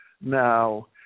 now